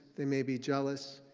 they may be jealous.